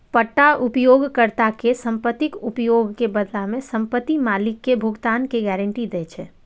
पट्टा उपयोगकर्ता कें संपत्तिक उपयोग के बदला मे संपत्ति मालिक कें भुगतान के गारंटी दै छै